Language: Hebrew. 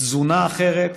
תזונה אחרת,